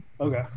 Okay